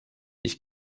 ich